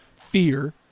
fear